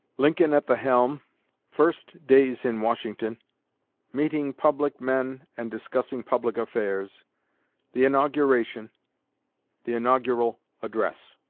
lincoln at the helm first days in washington meeting public men and discussing public affairs the inauguration the inaugural address